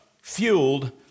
Fueled